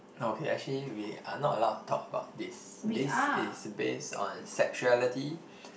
no okay actually we are not allowed to talk about this this is based on sexuality